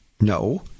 No